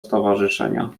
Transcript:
stowarzyszenia